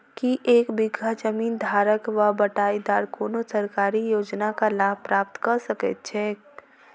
की एक बीघा जमीन धारक वा बटाईदार कोनों सरकारी योजनाक लाभ प्राप्त कऽ सकैत छैक?